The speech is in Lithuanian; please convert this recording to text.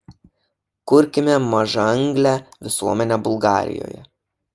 kurkime mažaanglę visuomenę bulgarijoje